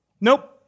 Nope